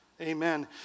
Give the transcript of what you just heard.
Amen